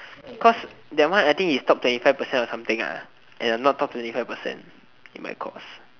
cause that one I think is top twenty five percent or something ah and I'm not top twenty five percent in my course